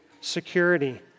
Security